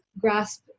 grasp